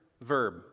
verb